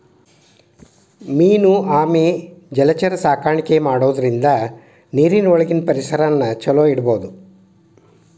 main ಆಮೆ ಇಂತಾ ಜಲಚರ ಸಾಕಾಣಿಕೆ ಮಾಡೋದ್ರಿಂದ ನೇರಿನ ಒಳಗಿನ ಪರಿಸರನ ಚೊಲೋ ಇಡಬೋದು